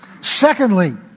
Secondly